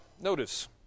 notice